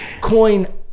coin